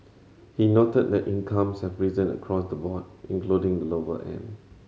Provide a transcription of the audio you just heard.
he noted that incomes have risen across the board including the lower end